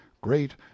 great